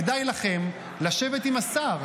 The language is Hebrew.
כדאי לכם לשבת עם השר,